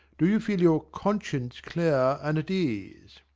do you feel your conscience clear and at ease?